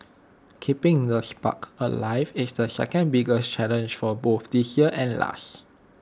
keeping the spark alive is the second biggest challenge for both this year and last